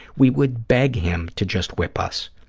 we would beg him to just whip us,